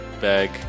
bag